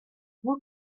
who